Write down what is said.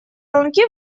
ланки